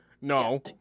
No